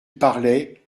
parlait